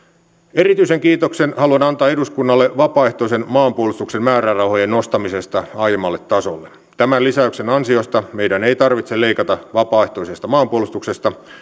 erityisen kiitoksen haluan antaa eduskunnalle vapaaehtoisen maanpuolustuksen määrärahojen nostamisesta aiemmalle tasolle tämän lisäyksen ansiosta meidän ei tarvitse leikata vapaaehtoisesta maanpuolustuksesta